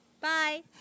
Bye